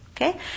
Okay